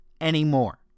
anymore